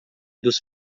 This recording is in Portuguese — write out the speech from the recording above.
dos